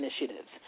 initiatives